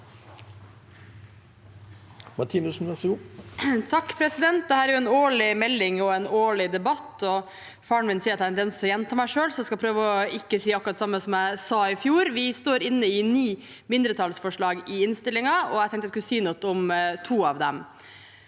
(R) Dette er en årlig melding og en årlig debatt. Faren min sier at jeg har en tendens til å gjenta meg selv, så jeg skal prøve ikke å si akkurat det samme som jeg sa i fjor. Vi er med på ni mindretallsforslag i innstillingen, og jeg tenkte jeg skulle si noe om to av dem.